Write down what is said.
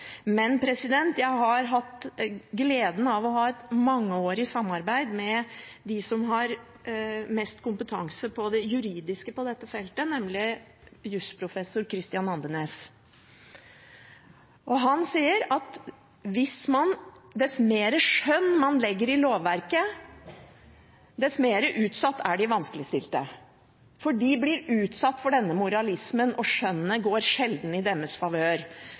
men jeg har hatt gleden av å ha et mangeårig samarbeid med den som har mest juridisk kompetanse på dette feltet, nemlig jusprofessor Kristian Andenæs, og han sier at dess mer skjønn man legger i lovverket, dess mer utsatt er de vanskeligstilte. For de blir utsatt for denne moralismen, og skjønnet går sjelden i deres favør.